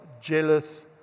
jealous